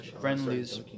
friendlies